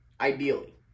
ideally